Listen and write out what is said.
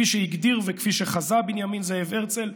בדיוק כפי שהגדיר וכפי שחזה בנימין זאב הרצל: